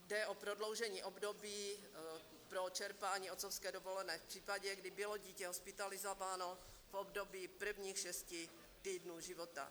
Jde o prodloužení období pro čerpání otcovské dovolené v případě, kdy bylo dítě hospitalizováno v období prvních šesti týdnů života.